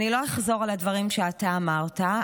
אני לא אחזור על הדברים שאתה אמרת,